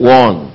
one